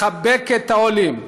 לחבק את העולים,